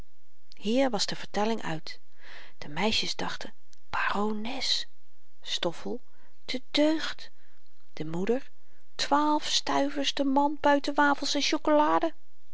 hier was de vertelling uit de meisjes dachten barones stoffel de deugd de moeder twaalf stuivers de man buiten wafels en